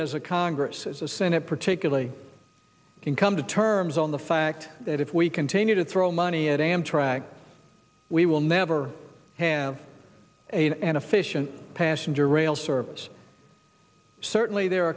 as a congress as a senate particularly can come to terms on the fact that if we continue to throw money at amtrak we will never have a and efficient passenger rail service certainly there are